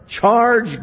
charge